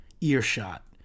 earshot